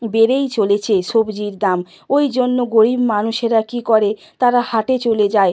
বেড়েই চলেছে সবজির দাম ওই জন্য গরিব মানুষেরা কী করে তারা হাটে চলে যায়